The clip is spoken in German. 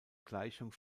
gleichung